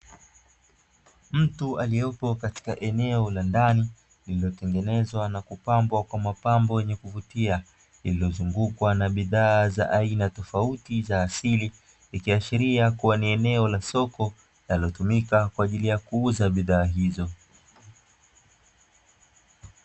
Mtu aliyopo katika eneo la ndani lililotengenezwa na kupambwa kwa mapambo yenye kuvutia, iliyozungukwa na bidhaa za aina tofauti za asili, ikiashiria kuwa ni eneo la soko linalotumika kwa ajili ya kuuza bidhaa hizo.